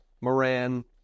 Moran